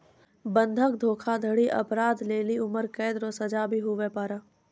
बंधक धोखाधड़ी अपराध लेली उम्रकैद रो सजा भी हुवै पारै